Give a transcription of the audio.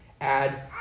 add